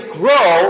grow